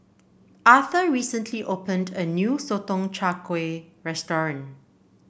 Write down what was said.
Arthur recently opened a new Sotong Char Kway restaurant